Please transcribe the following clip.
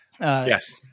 Yes